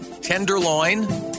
Tenderloin